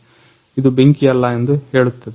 ಇದು ಬೆಂಕಿಯಿಲ್ಲ ಎಂದು ಹೇಳುತ್ತದೆ